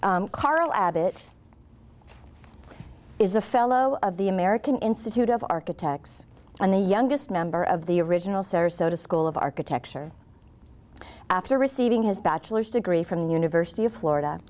know carl abbott is a fellow of the american institute of architects and the youngest member of the original sarasota school of architecture after receiving his bachelor's degree from the university of florida